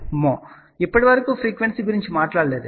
ఇప్పుడు ఇప్పటి వరకు ఫ్రీక్వెన్సీ గురించి మాట్లాడ లేదు